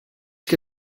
que